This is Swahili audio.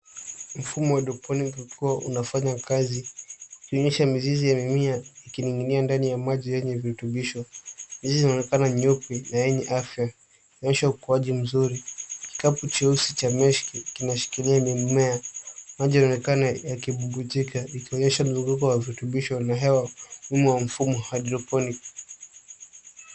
Mfumo wa hydroponic ukiwa unafanya kazi ikionyesha mizizi ya mimea ikining'inia ndani ya maji yenye virutubisho. Mizizi inaonekana nyeupe na yenye afya ikionyesha ukiaji mzuri. Kikapu cheusi cha mesh kimeshikilia mimea. Maji yanaonekana yakibubujika ikionyesha mzunguko wa virutubisho na hewa wa mfumo wa hydroponic .